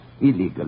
illegally